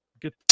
get